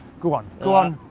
go on, go on.